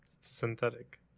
Synthetic